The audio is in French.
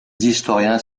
historiens